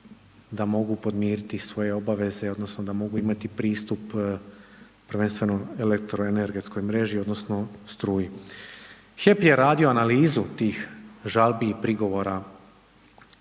da mogu podmiriti svoje obaveze, odnosno, da mogu imati pristup prvenstveno elektroenergetskoj mreži, odnosno, struji. HEP je radio analizu tih žalbi i prigovora